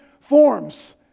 forms